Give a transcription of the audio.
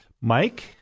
Mike